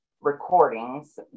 recordings